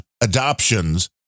adoptions